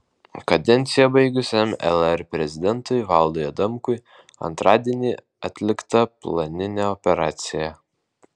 kadenciją baigusiam lr prezidentui valdui adamkui antradienį atlikta planinė operacija